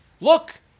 Look